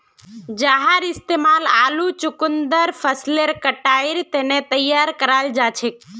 जहार इस्तेमाल आलू चुकंदर फसलेर कटाईर तने तैयार कराल जाछेक